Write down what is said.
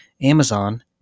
Amazon